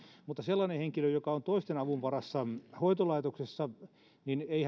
mutta sellaisella henkilöllä joka on toisten avun varassa hoitolaitoksissa ei